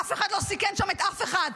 אף אחד לא סיכן שם את אף אחד.